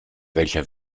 welcher